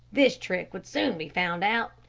this trick would soon be found out.